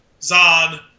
Zod